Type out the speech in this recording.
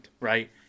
right